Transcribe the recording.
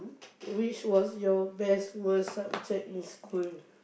which was your best worst subject in school